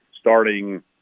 starting